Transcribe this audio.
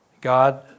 God